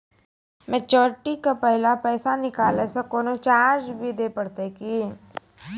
Maturity के पहले पैसा निकालै से कोनो चार्ज भी देत परतै की?